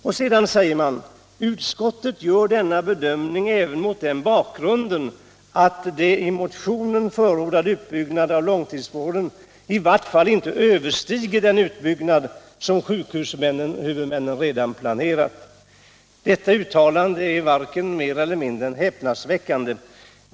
Och sedan säger man: Utskottet gör denna bedömning även mot den bakgrunden att den i motionen förordade utbyggnaden av långtidsvården i varje fall inte överstiger den utbyggnad som sjukvårdshuvudmännen redan planerat. Detta uttalande är häpnadsväckande — varken mer eller mindre!